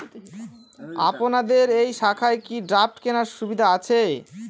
আপনাদের এই শাখায় কি ড্রাফট কেনার সুবিধা আছে?